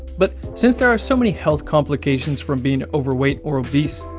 but since there are so many health complications from being overweight or obese,